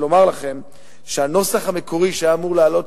ולומר לכם שהנוסח המקורי שהיה אמור לעלות